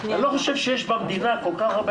אני לא חושב שיש במדינה כל כך הרבה